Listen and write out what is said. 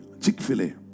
Chick-fil-A